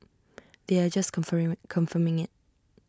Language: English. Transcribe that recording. they are just confirm confirming IT